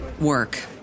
work